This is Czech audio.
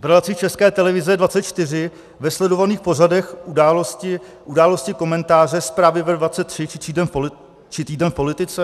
v relaci České televize 24 ve sledovaných pořadech Události, Události, komentáře, Zprávy ve 23 či Týden v politice?